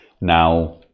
now